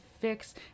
fix